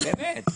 באמת,